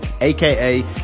AKA